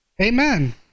Amen